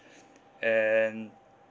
and